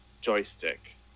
joystick